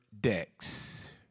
decks